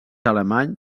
alemany